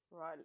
right